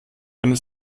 eine